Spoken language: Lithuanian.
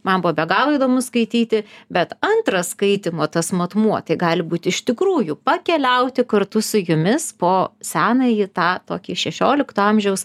man buvo be galo įdomu skaityti bet antro skaitymo tas matmuo tai gali būti iš tikrųjų pakeliauti kartu su jumis po senąjį tą tokį šešiolikto amžiaus